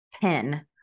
pin